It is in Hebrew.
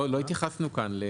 לא התייחסנו כאן.